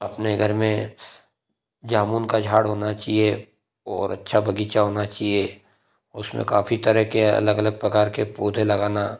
अपने घर में जामुन का झाड़ होना चाहिए और अच्छा बगीचा होना चाहिए उसमें काफ़ी तरह के अलग अलग प्रकार के पौधे लगाना